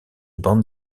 bande